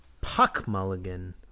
Puck-mulligan